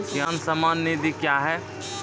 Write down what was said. किसान सम्मान निधि क्या हैं?